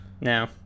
No